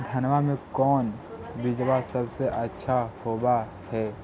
धनमा के कौन बिजबा सबसे अच्छा होव है?